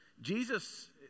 Jesus